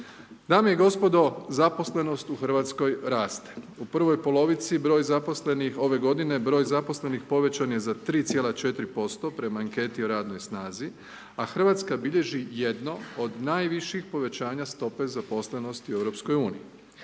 Dame i gospodo, zaposlenost u RH raste. U prvoj polovici broj zaposlenih ove godine, broj zaposlenih povećan je za 3,4% prema Anketi o radnoj snazi, a RH bilježi jedno od najviših povećanja stope zaposlenosti u EU.